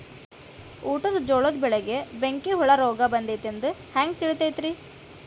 ಊಟದ ಜೋಳದ ಬೆಳೆಗೆ ಬೆಂಕಿ ಹುಳ ರೋಗ ಬಂದೈತಿ ಎಂದು ಹ್ಯಾಂಗ ತಿಳಿತೈತರೇ?